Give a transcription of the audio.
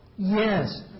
Yes